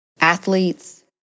athletes